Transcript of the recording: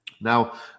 Now